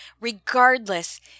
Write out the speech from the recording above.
regardless